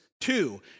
two